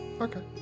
Okay